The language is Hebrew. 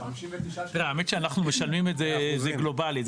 אני משלמים את זה גלובלית.